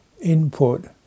input